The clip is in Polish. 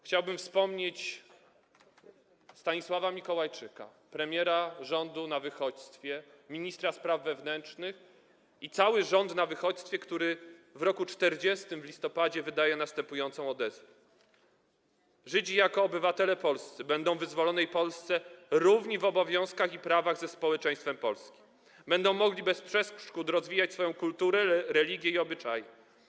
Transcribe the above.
Chciałbym wspomnieć Stanisława Mikołajczyka, premiera rządu na wychodźstwie, ministra spraw wewnętrznych i cały rząd na wychodźstwie, który w listopadzie roku 1940 wydał następującą odezwę: Żydzi jako obywatele polscy będą w wyzwolonej Polsce równi w obowiązkach i prawach ze społeczeństwem Polski, będą mogli bez przeszkód rozwijać swoją kulturę, religię i obyczaje.